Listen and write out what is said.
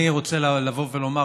אני רוצה לומר,